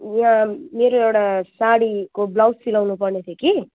यहाँ मेरो एउटा साडीको ब्लाउज सिलाउनु पर्ने थियो कि